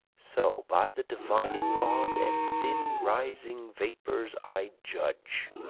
so by the divining-rod and thin rising vapors i judge